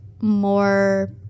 more